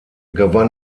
gewann